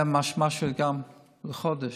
100 ומשהו גרם לחודש.